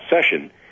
session